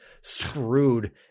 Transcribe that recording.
screwed